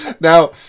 Now